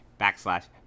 backslash